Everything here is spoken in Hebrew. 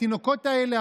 התינוקות האלה,